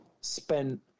spent